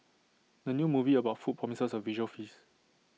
the new movie about food promises A visual feast